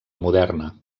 moderna